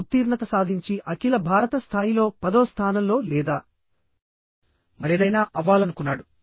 లో ఉత్తీర్ణత సాధించి అఖిల భారత స్థాయిలో పదో స్థానంలో లేదా మరేదైనా అవ్వాలనుకున్నాడు